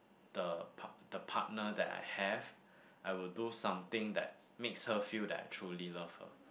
the part~ the partner that I have I will do something that makes her feel that I truly love her